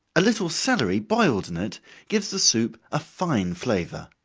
a little celery boiled in it gives the soup a fine flavor.